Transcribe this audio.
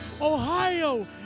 Ohio